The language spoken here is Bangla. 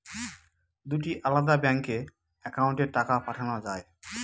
দুটি আলাদা ব্যাংকে অ্যাকাউন্টের টাকা পাঠানো য়ায়?